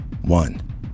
One